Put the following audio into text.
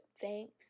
thanks